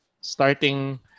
Starting